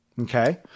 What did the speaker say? Okay